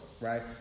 right